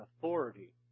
authority